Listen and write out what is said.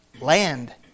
Land